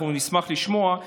אנחנו נשמח לשמוע.